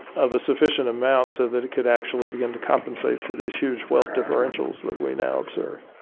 of a sufficient amount so that it could actually begin to compensate for these huge wealth differentials that we now observe.